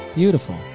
beautiful